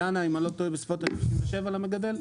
אם אני לא טועה, הוא בסביבות 57 למגדל.